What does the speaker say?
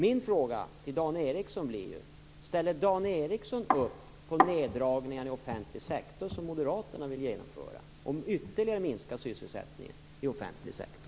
Min fråga till Dan Ericsson blir: Ställer Dan Ericsson upp på de neddragningar i offentlig sektor som Moderaterna vill genomföra för att ytterligare minska sysselsättningen i offentlig sektor?